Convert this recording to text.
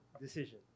decision